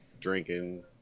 drinking